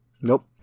Nope